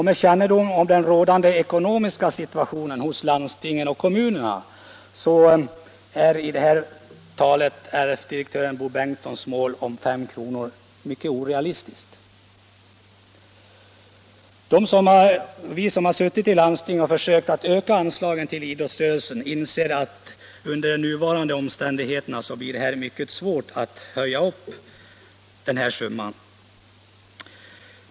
Med kännedom om den rådande ekonomiska situationen hos landsting och kommuner är RF-direktören Bo Bengtssons mål 5 kr. orealistiskt. Vi som suttit i landstingen och försökt att öka anslagen till idrotts rörelsen inser att det under nuvarande omständigheter blir mycket svårt att komma upp till den här summan.